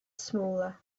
smaller